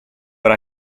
era